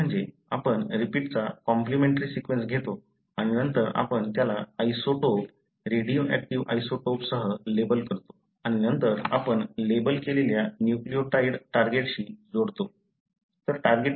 ते म्हणजे आपण रिपीटचा कॉम्प्लिमेंट्री सीक्वेन्स घेतो आणि नंतर आपण त्याला आइसोटोप रेडिओएक्टिव्ह आइसोटोपसह लेबल करतो आणि नंतर आपण लेबल केलेल्या न्यूक्लियोटाइड टार्गेटशी जोडतो